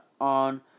on